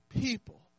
people